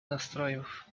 nastrojów